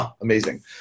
Amazing